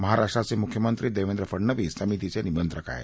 महाराष्ट्राचे मुख्यमंत्री देवेंद्र फडणवीस समितीचे निमंत्रक आहेत